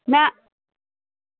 ना